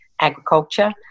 agriculture